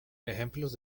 ejemplos